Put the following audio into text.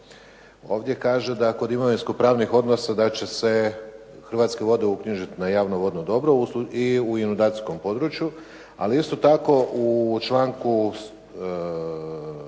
Ovdje kaže da kod imovinsko pravnih odnosa da će se Hrvatske vode uknjižiti na javno vodno dobro i u ... području. Ali isto tako u članku 123. kada